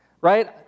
right